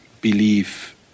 believe